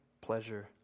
pleasure